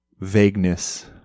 vagueness